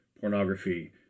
pornography